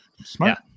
Smart